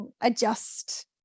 adjust